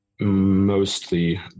mostly